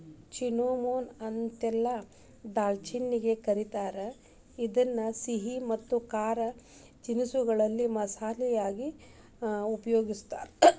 cinnamon ಅಂತೇಳಿ ದಾಲ್ಚಿನ್ನಿಗೆ ಕರೇತಾರ, ಇದನ್ನ ಸಿಹಿ ಮತ್ತ ಖಾರದ ತಿನಿಸಗಳಲ್ಲಿ ಮಸಾಲಿ ಯಾಗಿ ಉಪಯೋಗಸ್ತಾರ